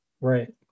Right